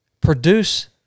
produce